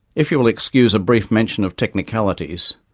if you will excuse a brief mention of technicalities,